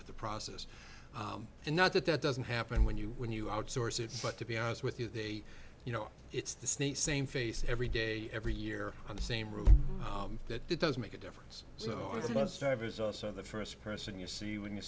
with the process and not that that doesn't happen when you when you outsource it but to be honest with you they you know it's the psni same face every day every year on the same route that it does make a difference so on the bus drivers also the first person you see when you